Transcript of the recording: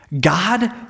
God